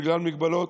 בגלל מגבלות,